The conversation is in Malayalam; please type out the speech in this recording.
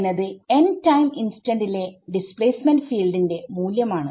എന്നത് n ടൈം ഇൻസ്റ്റന്റിലെ ഡിസ്പ്ലേസ്മെന്റ് ഫീൽഡിന്റെ മൂല്യം ആണ്